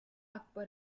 akbar